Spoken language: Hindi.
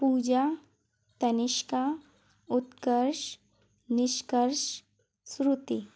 पूजा तनिष्का उत्कर्ष निष्कर्ष श्रुति